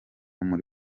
muri